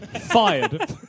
fired